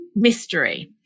mystery